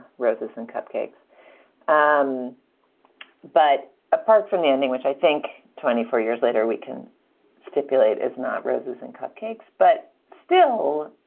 roses and cupcakes um but apart from the ending, which i think twenty four years later we can stipulate it's not roses and cupcakes, but still,